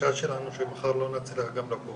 והחשש שלנו שמחר לא נצליח גם לקום.